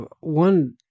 one